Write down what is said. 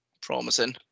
promising